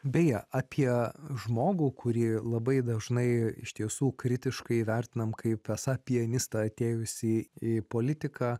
beje apie žmogų kurie labai dažnai iš tiesų kritiškai vertinam kaip esą pianistą atėjusį į politiką